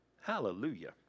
Hallelujah